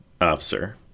officer